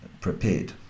prepared